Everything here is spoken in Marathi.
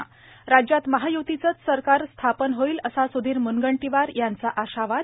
त राज्यात महायुतीचंच सरकार स्थापन होईल असा सुधिर मुनगंटीवार यांचा आशावाद